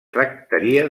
tractaria